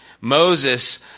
Moses